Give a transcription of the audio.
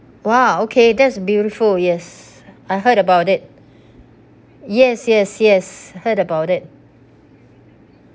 !wow! okay that's beautiful yes I heard about it yes yes yes heard about it